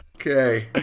Okay